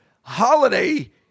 holiday